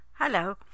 Hello